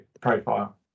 profile